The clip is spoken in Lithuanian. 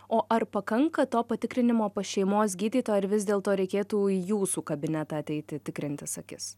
o ar pakanka to patikrinimo pas šeimos gydytoją ar vis dėlto reikėtų į jūsų kabinetą ateiti tikrintis akis